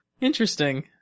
interesting